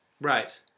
right